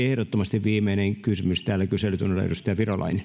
ehdottomasti viimeinen kysymys tällä kyselytunnilla edustaja